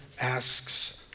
asks